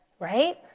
right?